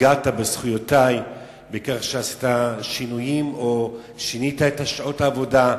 פגעת בזכויותי בכך שעשית שינויים או שינית את שעות העבודה.